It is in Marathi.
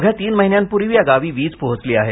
अवघ्या तीन महिन्यांपूर्वी या गावी वीज पोहोचली आहे